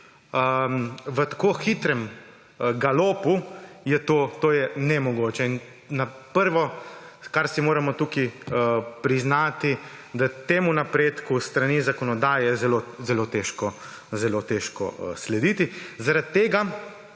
v tako hitrem galopu je nemogoče in prvo, kar si moramo tukaj priznati, je, da je temu napredku s strani zakonodaje zelo težko slediti. Zaradi tega